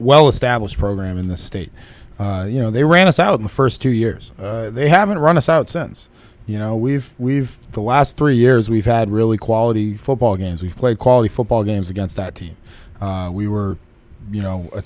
well established program in the state you know they ran us out in the first two years they haven't run us out since you know we've we've the last three years we've had really quality football games we've played quality football games against that team we were you know a